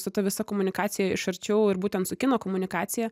su ta visa komunikacija iš arčiau ir būtent su kino komunikacija